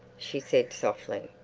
she said softly.